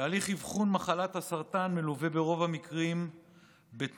תהליך אבחון מחלת הסרטן מלווה ברוב המקרים בתנודות